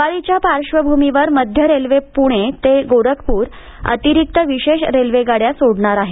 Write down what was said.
दिवाळीच्या पार्श्वभ्रमीवर मध्य रेल्वे पुणे ते गोरखप्रर अतिरिक्त विशेष रेल्वे गाड्या सोडणार आहे